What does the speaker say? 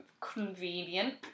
convenient